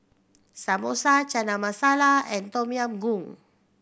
Samosa Chana Masala and Tom Yam Goong